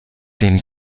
den